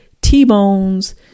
T-bones